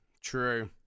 true